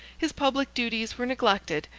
his public duties were neglected,